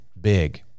big